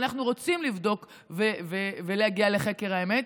אנחנו רוצים לבדוק ולהגיע לחקר האמת,